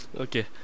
Okay